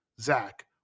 Zach